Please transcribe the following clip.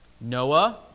Noah